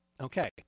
Okay